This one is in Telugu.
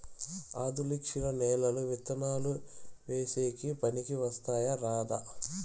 ఆధులుక్షరి నేలలు విత్తనాలు వేసేకి పనికి వస్తాయా రాదా?